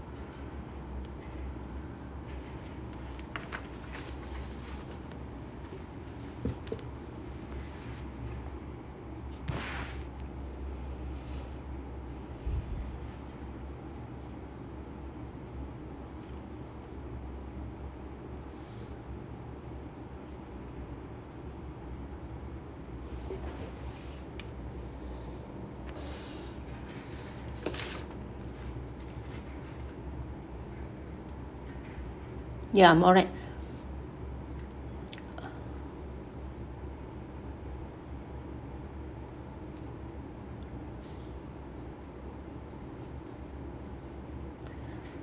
ya I'm alright